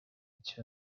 each